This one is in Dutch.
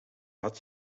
had